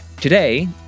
today